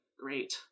great